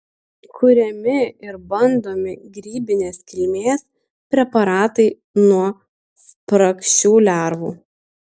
kuriami ir bandomi grybinės kilmės preparatai nuo spragšių lervų